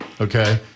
okay